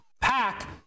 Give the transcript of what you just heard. pack